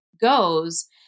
goes